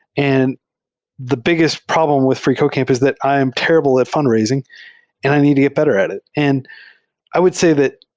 and the biggest problem with freecodecamp is that i am terr ible at fundraising and i need to get better at it. and i would say that,